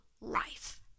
life